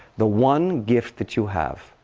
the one gift that you have,